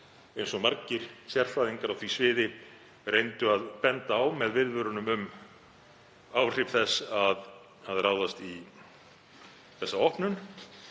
eins og margir sérfræðingar á því sviði reyndu að benda á með viðvörunum um áhrif þess að ráðast í þessa opnun.